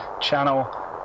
Channel